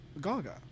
gaga